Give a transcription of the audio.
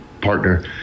partner